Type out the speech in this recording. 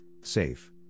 SAFE